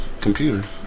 computer